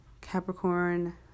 Capricorn